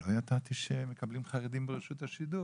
"לא ידעתי שמקבלים חרדים ברשות השידור",